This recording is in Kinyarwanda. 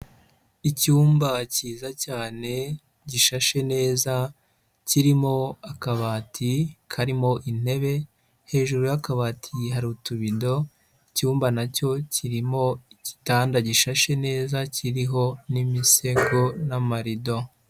Icyumba cyiza cyane gishashe neza kirimo akabati karimo intebe, hejuru y'akabati hari utubido, icyumba na cyo kirimo igitanda gishashe neza kiriho n'imisego n'amarido.